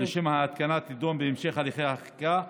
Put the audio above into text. לשם ההתקנה תידון בהמשך הליכי החקיקה.